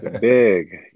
big